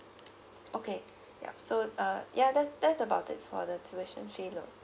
okay yup so uh ya that's that's about it for the tuition fee loan